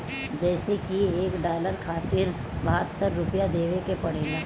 जइसे की एक डालर खातिर बहत्तर रूपया देवे के पड़ेला